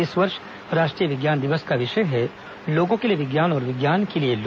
इस वर्ष राष्ट्रीय विज्ञान दिवस का विषय है लोगों के लिए विज्ञान और विज्ञान के लिए लोग